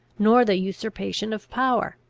nor the usurpation of power.